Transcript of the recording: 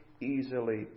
easily